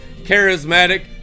charismatic